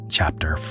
Chapter